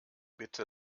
bitte